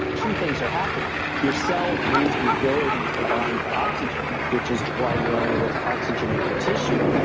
two things are happening. your cells lose the ability to bind to oxygen, which is why you're unable to oxygenate your tissue,